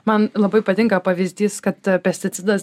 man labai patinka pavyzdys kad pesticidas